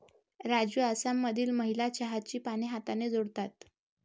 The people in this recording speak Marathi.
राजू आसाममधील महिला चहाची पाने हाताने तोडतात